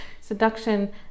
seduction